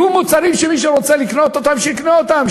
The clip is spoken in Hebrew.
יהיו מוצרים שמי שרוצה לקנות אותם שיקנה אותם,